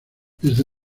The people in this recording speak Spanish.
desde